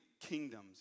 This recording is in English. kingdoms